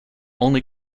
only